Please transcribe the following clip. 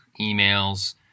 emails